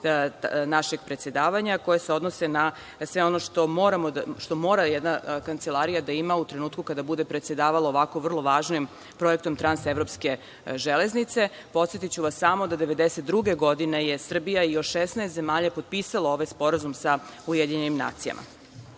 našeg predsedavanja koji se odnose na sve ono što mora jedna kancelarija da ima u trenutku kada bude predsedavala ovako vrlo važnim projektom Trans-evorpske železnice. Podsetiću vas samo da 1992. godine je Srbija i još 16 zemalja potpisala ovaj sporazum sa UN.Treći zakon